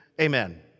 amen